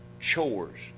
chores